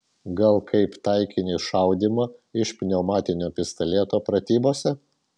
gal kaip taikinį šaudymo iš pneumatinio pistoleto pratybose